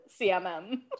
cmm